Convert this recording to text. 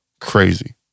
crazy